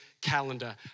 calendar